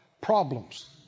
problems